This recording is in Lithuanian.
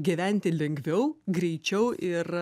gyventi lengviau greičiau ir